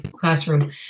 classroom